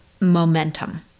momentum